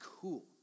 cool